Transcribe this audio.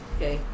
Okay